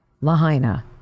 Lahaina